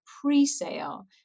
pre-sale